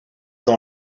dans